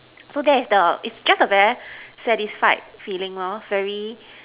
so that is the it's just a very satisfied feeling lor very